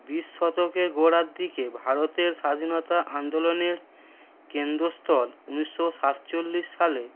বিশ শতকের গোড়ার দিকে ভারতের স্বাধীনতা আন্দোলনের কেন্দ্রস্থল ঊনিশশো সাতচল্লিশ সালে